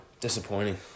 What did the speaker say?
Disappointing